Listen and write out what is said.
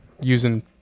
using –